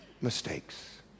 mistakes